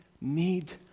need